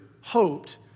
hoped